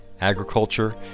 agriculture